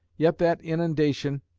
yet that inundation,